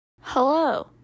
Hello